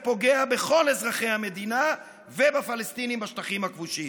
ופוגע בכל אזרחי המדינה ובפלסטינים בשטחים הכבושים.